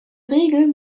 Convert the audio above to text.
regel